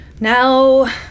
now